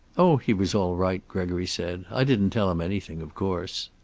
oh, he was all right, gregory said. i didn't tell him anything, of course.